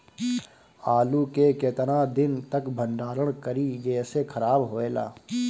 आलू के केतना दिन तक भंडारण करी जेसे खराब होएला?